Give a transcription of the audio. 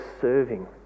serving